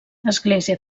església